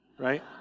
Right